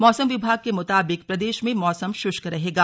मौसम विभाग के मुताबिक प्रदेश में मौसम शुष्क रहेगा